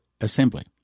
assembly